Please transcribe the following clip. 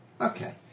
Okay